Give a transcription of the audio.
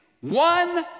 one